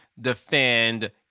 defend